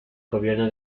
gobierno